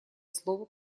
слово